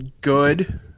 good